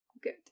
good